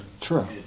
True